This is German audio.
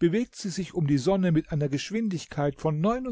bewegt sie sich um die sonne mit einer geschwindigkeit von metern